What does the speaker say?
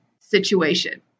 situation